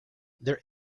there